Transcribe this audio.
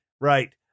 Right